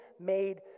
made